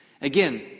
Again